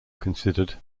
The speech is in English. considered